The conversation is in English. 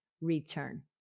return